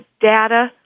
data